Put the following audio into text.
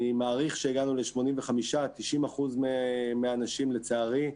אני מעריך שהגענו ל-85% 90% מהאנשים, לצערי,